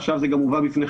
ועכשיו זה גם הובא בפניכם.